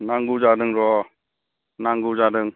नांगौ जादों र' नांगौ जादों